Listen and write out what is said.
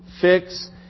Fix